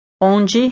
Onde